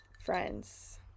friends